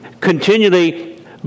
continually